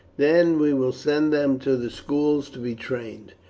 then we will send them to the schools to be trained.